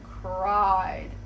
cried